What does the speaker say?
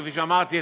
כפי שאמרתי,